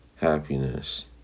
Happiness